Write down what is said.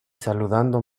saludando